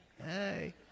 Hey